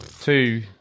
two